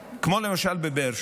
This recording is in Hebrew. כמו למשל בבאר שבע,